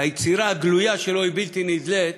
שהיצירה הגלויה שלו היא בלתי נדלית,